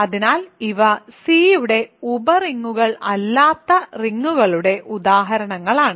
അതിനാൽ ഇവ C യുടെ ഉപ റിങ്ങുകൾ അല്ലാത്ത റിങ്ങുകളുടെ ഉദാഹരണങ്ങളാണ്